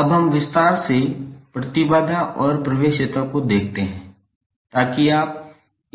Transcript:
अब हम विस्तार से प्रतिबाधा और प्रवेश्यता को देखते हैं ताकि आप